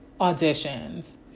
auditions